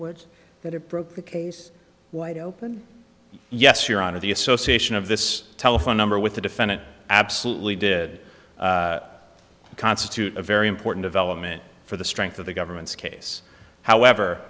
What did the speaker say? would that it broke the case wide open yes your honor the association of this telephone number with the defendant absolutely did constitute a very important development for the strength of the government's case however